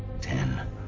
Ten